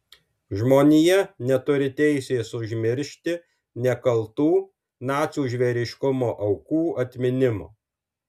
žmonija neturi teisės užmiršti nekaltų nacių žvėriškumo aukų atminimo